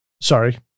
sorry